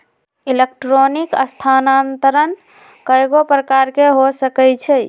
electronic स्थानान्तरण कएगो प्रकार के हो सकइ छै